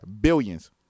Billions